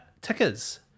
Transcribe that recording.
tickers